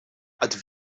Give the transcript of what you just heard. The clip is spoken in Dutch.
het